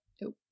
Nope